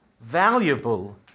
valuable